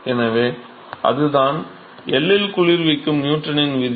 எனவே அதுதான் L இல் குளிர்விக்கும் நியூட்டனின் விதி